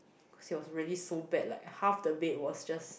cause it was really so bad like half the bed was just